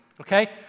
okay